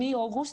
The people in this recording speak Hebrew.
מאוגוסט,